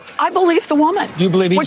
i believe the woman you believe he is.